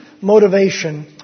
motivation